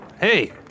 Hey